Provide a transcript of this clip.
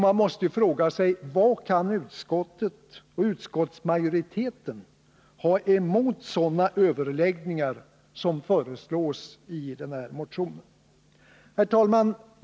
Man måste fråga sig: Vad kan utskottsmajoriteten ha emot sådana överläggningar som föreslås i motionen? Herr talman!